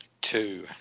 Two